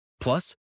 Plus